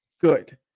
good